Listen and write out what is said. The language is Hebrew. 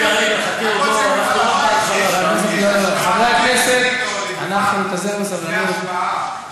רגע, רגע, חכה, חברי הכנסת, אנחנו נתאזר בסבלנות.